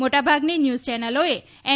મોટાભાગની ન્યુઝ ચેનલોએ એન